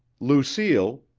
lucile,